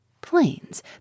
Planes